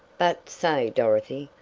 but, say, dorothy,